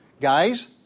Guys